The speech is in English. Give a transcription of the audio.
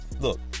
Look